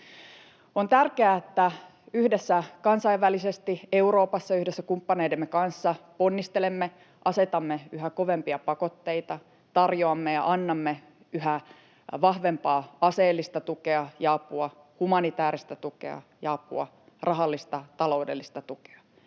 On tärkeää, että kansainvälisesti yhdessä Euroopassa, yhdessä kumppaneidemme kanssa ponnistelemme, asetamme yhä kovempia pakotteita, tarjoamme ja annamme yhä vahvempaa aseellista tukea ja apua, humanitääristä tukea ja apua, rahallista, taloudellista tukea